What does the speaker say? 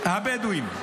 מהבדואים,